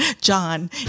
John